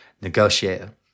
negotiator